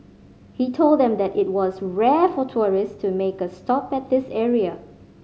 he told them that it was rare for tourist to make a stop at this area